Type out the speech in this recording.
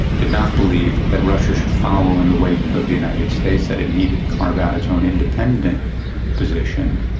did not believe that russia should follow in the wake of the united states, that it needed to carve out its own independent position,